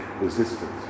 resistance